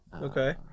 Okay